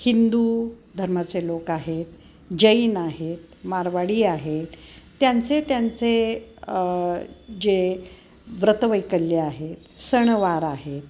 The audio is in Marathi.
हिंदू धर्माचे लोक आहेत जैन आहेत मारवाडी आहेत त्यांचे त्यांचे जे व्रत वैकल्य आहेत सणवार आहेत